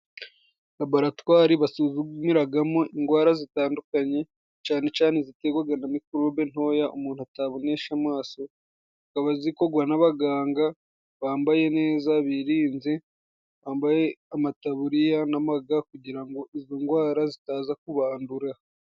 Laboratwari basuzumiragamo indwara zitandukanye cane cane iziterwaga na mikorobe ntoya umuntu atabonesha amaso , zikaba zikorwa n'abaganga bambaye neza birinze , bambaye amataburiya n'amaga kugira ngo izo ndwara zitaza kubandura.